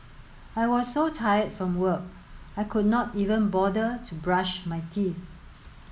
I was so tired from work I could not even bother to brush my teeth